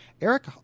Eric